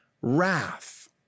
wrath